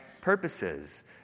purposes